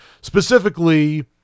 specifically